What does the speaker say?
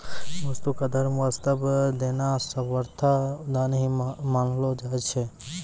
वस्तु क धर्म वास्तअ देना सर्वथा दान ही मानलो जाय छै